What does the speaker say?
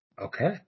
Okay